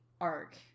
arc